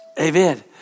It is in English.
amen